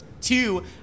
Two